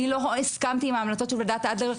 אני לא הסכמתי עם ההמלצות של ועדת אדלר,